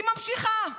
היא ממשיכה,